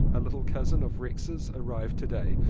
a little cousin of rex's arrived to-day.